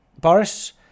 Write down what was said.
Boris